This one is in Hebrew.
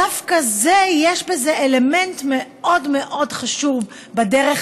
דווקא בזה יש אלמנט מאוד מאוד חשוב בדרך